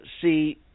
see